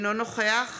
אינו נוכח